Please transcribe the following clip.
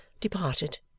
departed